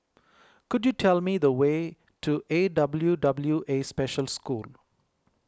could you tell me the way to A W W A Special School